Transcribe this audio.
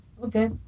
Okay